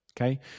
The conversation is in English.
Okay